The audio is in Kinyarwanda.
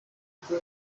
n’uko